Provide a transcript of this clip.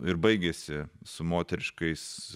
ir baigiasi su moteriškais